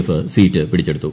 F seat പിടിച്ചെടുത്തു